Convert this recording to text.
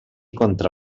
contra